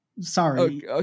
sorry